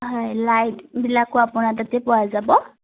হয় লাইটবিলাকো আপোনাৰ তাতে পোৱা যাব